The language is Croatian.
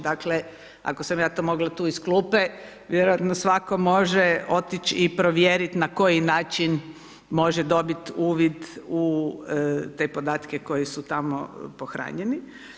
Dakle, ako sam ja mogla tu iz klupe vjerojatno svatko može otići i povjeriti na koji način, može dobiti uvid u te podatke, koji su tamo pohranjeni.